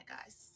guys